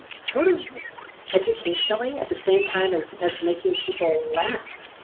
sort of educationally at the same time as as making people laugh.